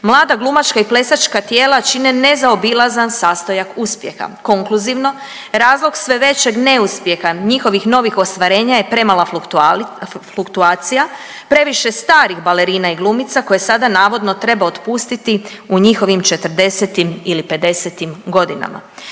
mlada glumačka i plesačka tijela čine nezaobilazan sastojak uspjeha. Konkluzivno, razlog sve većeg neuspjeha njihovih novih ostvarivanja je premala fluktuacija, previše starih balerina i glumica koje sada navodno treba otpustiti u njihovim 40-tim ili 50-tim godinama.